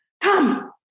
come